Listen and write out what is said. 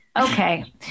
okay